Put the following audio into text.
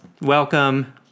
welcome